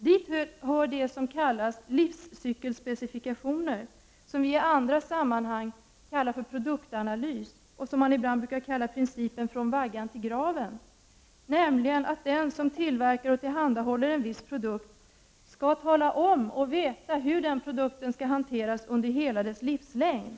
Dit hör det som kallas livscykelspecifikationer och som i andra sammanhang kallas produktanalys, och som ibland även brukar kallas för principen från vaggan till graven, nämligen att den som tillverkar och tillhandahåller en viss produkt skall tala om och veta hur denna produkt skall hanteras under hela produktens livslängd.